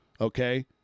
okay